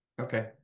Okay